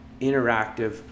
interactive